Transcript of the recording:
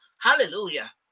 hallelujah